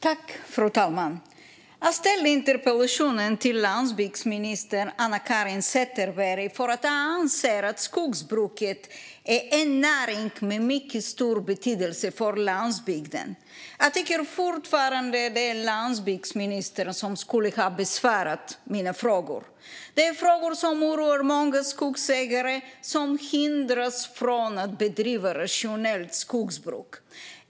Fru talman! Jag ställde min interpellation till landsbygdsminister Anna-Caren Sätherberg för att jag anser att skogsbruket är en näring med mycket stor betydelse för landsbygden. Jag tycker fortfarande att landsbygdsministern skulle ha besvarat mina frågor. Det är frågor som oroar många skogsägare som hindras från att bedriva rationellt skogsbruk.